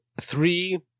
three